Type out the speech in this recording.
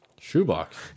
Shoebox